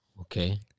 Okay